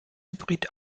hybrid